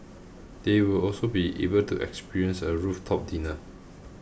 they will also be able to experience a rooftop dinner